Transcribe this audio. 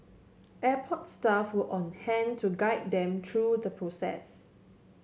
airport staff were on hand to guide them through the process